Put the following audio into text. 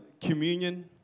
communion